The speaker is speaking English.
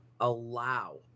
allow